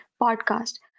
podcast